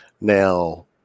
Now